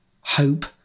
hope